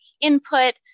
input